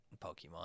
Pokemon